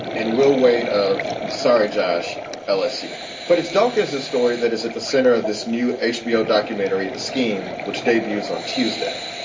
and will wade of sorry, josh lsu. but it's dawkins, a story that is at the center of this new hbo documentary, the scheme, which debuts on tuesday.